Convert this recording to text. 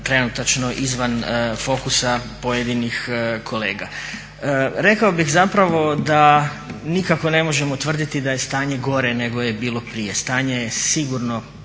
trenutačno izvan fokusa pojedinih kolega. Rekao bih zapravo da nikako ne možemo utvrditi da je stanje nego je bilo gore nego je bilo prije. Stanje je sigurno